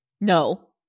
No